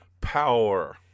power